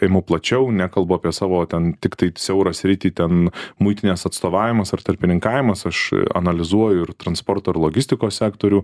ėmiau plačiau nekalbu apie savo ten tiktai siaurą sritį ten muitinės atstovavimas ar tarpininkavimas aš analizuoju ir transporto ir logistikos sektorių